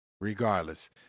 regardless